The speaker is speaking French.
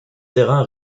terrains